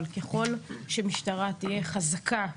אבל ככל שהמשטרה תהיה חזקה ומשמעותית,